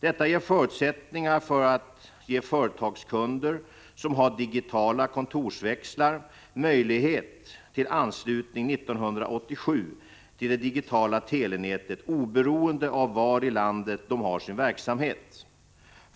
Detta ger förutsättningar för att ge företagskunder, som har digitala kontorsväxlar, möjlighet till anslutning 1987 till det digitala telenätet oberoende av var i landet de har sin verksamhet.